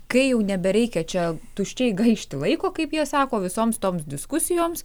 kai jau nebereikia čia tuščiai gaišti laiko kaip jie sako visoms toms diskusijoms